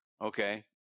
okay